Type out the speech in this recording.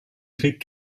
krieg